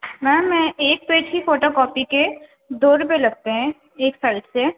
میم میں ایک پیج کی فوٹو کاپی کے دو روپئے لگتے ہیں ایک سائڈ سے